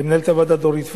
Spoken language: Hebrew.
למנהלת הוועדה דורית ואג,